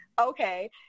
Okay